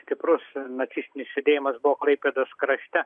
stiprus nacistinis judėjimas buvo klaipėdos krašte